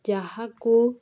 ଯାହାକୁ